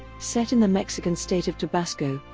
set in the mexican state of tabasco,